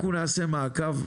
אנחנו נעשה מעקב,